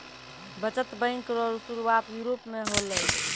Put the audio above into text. बचत बैंक रो सुरुआत यूरोप मे होलै